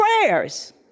prayers